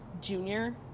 junior